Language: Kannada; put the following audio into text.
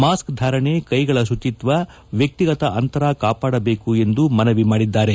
ಮಾಸ್ಕ್ ಧಾರಣೆ ಕೈಗಳ ಶುಚಿತ್ವ ವ್ಯಕ್ತಿಗತ ಅಂತರ ಕಾಪಾಡಬೇಕು ಎಂದು ಮನವಿ ಮಾಡಿದ್ದಾರೆ